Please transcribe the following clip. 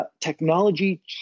Technology